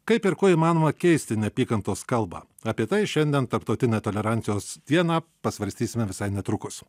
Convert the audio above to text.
kaip ir kuo įmanoma keisti neapykantos kalbą apie tai šiandien tarptautinę tolerancijos dieną pasvarstysime visai netrukus